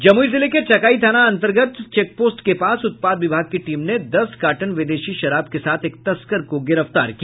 जमुई जिले के चकाई थाना अंतर्गत चेकपोस्ट के पास उत्पाद विभाग की टीम ने दस कार्टन विदेशी शराब के साथ एक तस्कर को गिरफ्तार किया